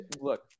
look